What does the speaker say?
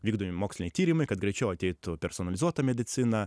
vykdomi moksliniai tyrimai kad greičiau ateitų personalizuota medicina